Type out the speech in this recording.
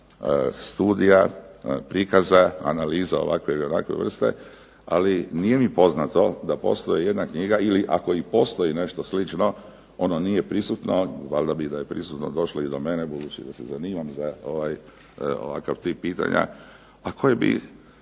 studija, prikaza, analiza ovakve ili onakve vrste ali nije mi poznato da postoji jedna knjiga ili ako i postoji nešto slično ono nije prisutno. Valjda bi da je prisutno došlo i do mene budući da se zanimam ovakav tip pitanja a koji bi